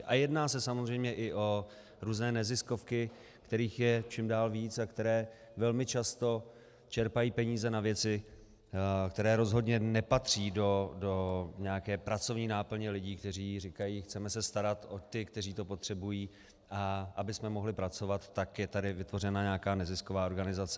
A jedná se samozřejmě i o různé neziskovky, kterých je čím dál víc a které velmi často čerpají peníze na věci, které rozhodně nepatří do nějaké pracovní náplně lidí, kteří říkají: chceme se starat o ty, kteří to potřebují, a abychom mohli pracovat, tak je tady vytvořena nějaká nezisková organizace.